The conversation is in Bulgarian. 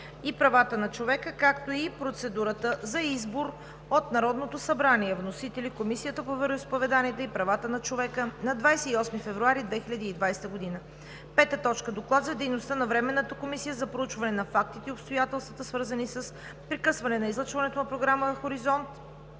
и правата на човека, както и процедурата за избор от Народното събрание. Вносител е Комисията по вероизповеданията и правата на човека на 28 февруари 2020 г. 5. Доклад за дейността на Временната комисия за проучване на фактите и обстоятелствата, свързани с прекъсване на излъчването на програма „Хоризонт“